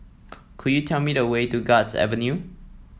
could you tell me the way to Guards Avenue